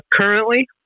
Currently